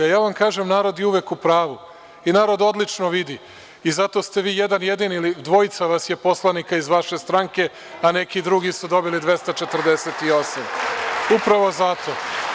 Ja vam kažem, narod je uvek u pravu i narod odlično vidi i zato ste vi jedan jedini, dvojica vas je poslanika iz vaše stranke, a neki drugi su dobili 248, upravo zato.